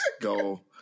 go